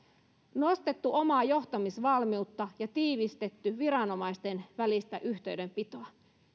nostettu omaa johtamisvalmiutta ja tiivistetty viranomaisten välistä yhteydenpitoa